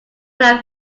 when